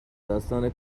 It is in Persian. داستان